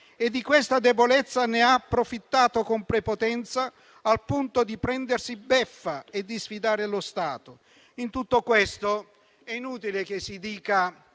e di questa debolezza ha approfittato con prepotenza, al punto da farsi beffa e sfidare lo Stato. In tutto questo è inutile dire